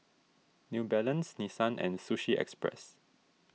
New Balance Nissan and Sushi Express